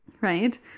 Right